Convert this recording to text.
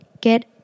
get